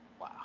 Wow